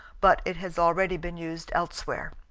but it has already been used elsewhere.